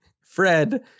Fred